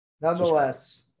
Nonetheless